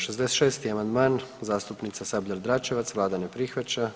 66. amandman zastupnica Sabljar Dračevac, Vlada ne prihvaća.